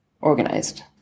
organized